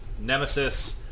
Nemesis